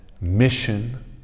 mission